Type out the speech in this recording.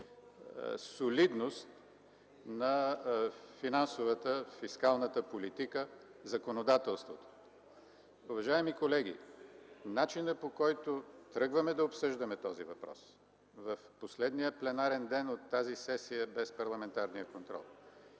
солидност на финансовата, фискалната политика в законодателството. Уважаеми колеги, начинът, по който тръгваме да обсъждаме този въпрос – в последния пленарен ден от тази сесия, без парламентарния контрол,